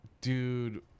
dude